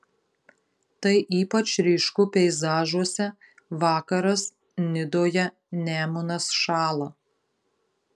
tai ypač ryšku peizažuose vakaras nidoje nemunas šąla